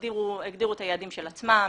הן הגדירו את היעדים של עצמן,